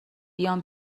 بیام